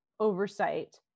oversight